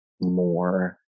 more